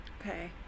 okay